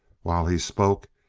while he spoke,